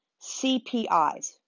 CPIs